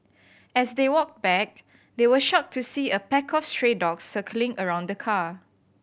as they walked back they were shocked to see a pack of stray dogs circling around the car